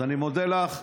אז אני מודה לך,